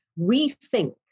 rethink